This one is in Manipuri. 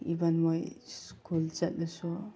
ꯏꯕꯟ ꯃꯣꯏ ꯁ꯭ꯀꯨꯜ ꯆꯠꯂꯁꯨ